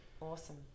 Awesome